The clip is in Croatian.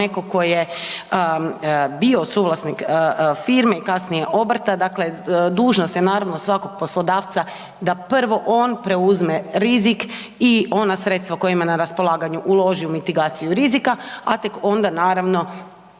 neko ko je bio suvlasnik firme i kasnije obrta, dakle dužnost je naravno svakog poslodavca da prvo on preuzme rizik i ona sredstva koja ima na raspolaganju uloži u mitigaciju rizika, a tek onda naravno